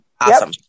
Awesome